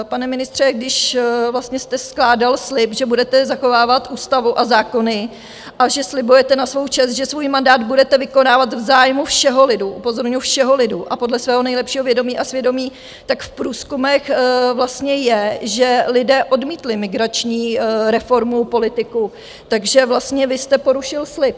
Pane ministře, když vlastně jste skládal slib, že budete zachovávat ústavu a zákony a že slibujete na svou čest, že svůj mandát budete vykonávat v zájmu všeho lidu upozorňuju, všeho lidu a podle svého nejlepšího vědomí a svědomí tak v průzkumech vlastně je, že lidé odmítli migrační reformu politiků, takže vlastně vy jste porušil slib.